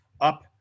up